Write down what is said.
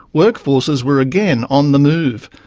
workforces were again on the move.